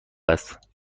است